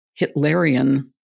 Hitlerian